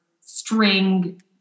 string